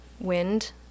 wind